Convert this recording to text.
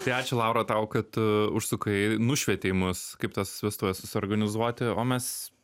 tai ačiū laura tau kad užsukai nušvietei mus kaip tas vestuves susiorganizuoti o mes